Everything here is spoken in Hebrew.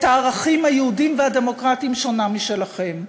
הערכים היהודיים והדמוקרטיים שונה משלכם.